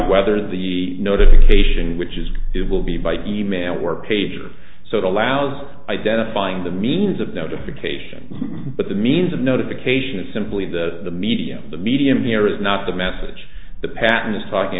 whether the notification which is it will be by email or pager so it allows identifying the means of notification but the means of notification is simply that the media the medium here is not the message the pattern is talking